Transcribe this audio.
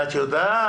ואת יודעת.